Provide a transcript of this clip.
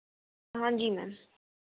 हाँ जी मैम